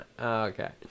Okay